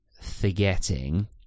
forgetting